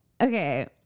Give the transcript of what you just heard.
okay